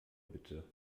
bitte